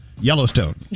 Yellowstone